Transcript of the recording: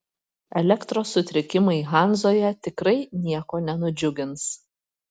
elektros sutrikimai hanzoje tikrai nieko nenudžiugins